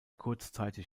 kurzzeitig